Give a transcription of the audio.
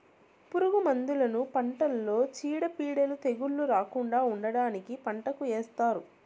పురుగు మందులను పంటలో చీడపీడలు, తెగుళ్ళు రాకుండా ఉండటానికి పంటకు ఏస్తారు